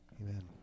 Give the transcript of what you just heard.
Amen